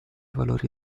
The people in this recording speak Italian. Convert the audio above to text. valori